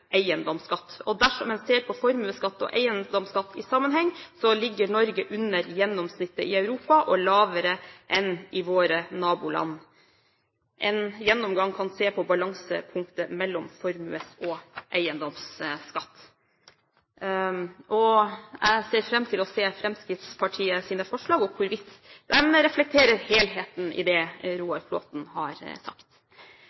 eiendomsskatt. Dersom en ser på formuesskatt og eiendomsskatt i sammenheng, ligger Norge under gjennomsnittet i Europa, og lavere enn i våre naboland. En gjennomgang kan se på balansepunktet mellom formues- og eiendomsskatt.» Jeg ser fram til å se Fremskrittspartiets forslag og hvorvidt de reflekterer helheten i det